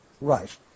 Right